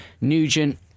Nugent